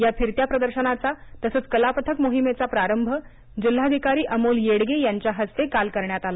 या फिरत्या प्रदर्शनाचा तसंच कलापथक मोहिमेचा प्रारंभ जिल्हाधिकारी अमोल येडगे यांच्या हस्ते काल करण्यात आला